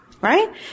Right